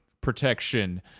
protection